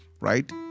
right